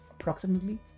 approximately